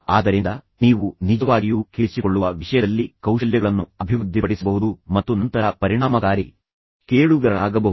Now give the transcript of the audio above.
ಆದ್ದರಿಂದ ನೀವು ನಿಜವಾಗಿಯೂ ಕೇಳಿಸಿಕೊಳ್ಳುವ ವಿಷಯದಲ್ಲಿ ಕೌಶಲ್ಯಗಳನ್ನು ಅಭಿವೃದ್ಧಿಪಡಿಸಬಹುದು ಮತ್ತು ನಂತರ ಪರಿಣಾಮಕಾರಿ ಕೇಳುಗರಾಗಬಹುದು